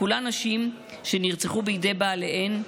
כולן נשים שנרצחו בידי בעליהן,